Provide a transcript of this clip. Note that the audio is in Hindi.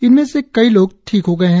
इनमें से कई लोग ठीक हो गए हैं